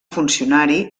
funcionari